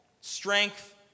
Strength